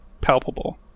palpable